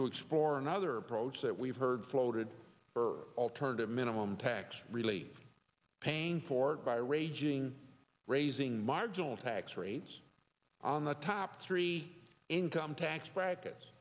to explore another approach that we've heard floated for alternative minimum tax really paying for it by raging raising marginal tax rates on the top three income tax prac